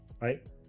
right